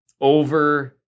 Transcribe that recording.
over